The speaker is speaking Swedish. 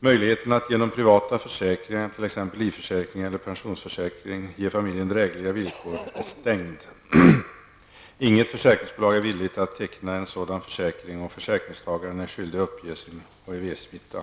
Möjligheten att genom privata försäkringar, t.ex. genom livförsäkring eller personförsäkring, ge familjen drägliga villkor är stängd. Inget försäkringsbolag är villig att teckna sådan försäkring, och försäkringstagaren är skyldig att uppge sin HIV smitta.